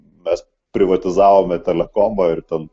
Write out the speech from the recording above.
mes privatizavome telekomą ir ten